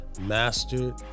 mastered